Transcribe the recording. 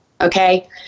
Okay